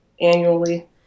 annually